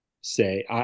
say